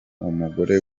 umugore